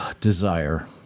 desire